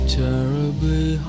terribly